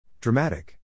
Dramatic